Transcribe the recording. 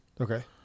okay